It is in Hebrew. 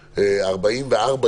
וכמה אנשים שמים פס על ההנחיות,